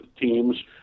teams